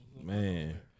Man